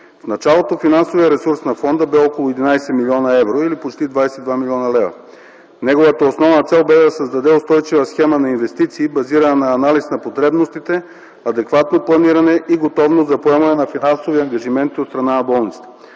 В началото финансовият ресурс на фонда беше около 11 млн. евро или почти 22 млн. лв. Неговата основна цел бе да създаде устойчива схема на инвестиции и базиране на анализ на потребностите, адекватно планиране и способност за поемане на финансови ангажименти от страна на болниците.